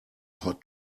hot